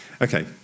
okay